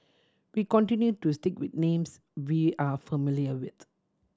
we continue to stick with names we are familiar with